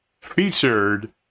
Featured